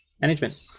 management